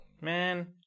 man